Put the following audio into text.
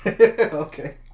Okay